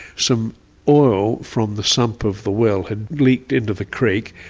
some oil from the sump of the well had leaked into the creek,